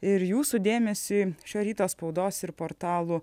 ir jūsų dėmesiui šio ryto spaudos ir portalų